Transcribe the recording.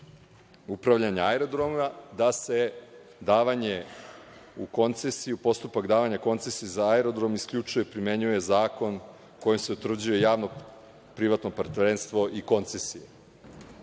postupak davanja koncesiji za aerodrom isključuje, primenjuje zakon kojim se utvrđuje javno-privatno partnerstvo i koncesije. Ovako